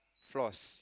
flaws